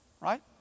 right